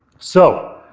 so